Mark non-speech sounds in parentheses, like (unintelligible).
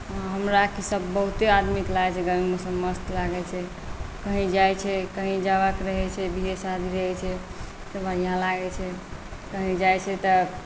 हमरा की सभ बहुते आदमीकेँ लागैत छै गर्मी मौसम मस्त लागैत छै कहीँ जाइत छै कहीँ जयबाक रहैत छै (unintelligible) रहैत छै तऽ बढ़िआँ लागैत छै कहीँ जाइत छै तऽ